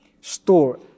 store